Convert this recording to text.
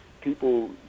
people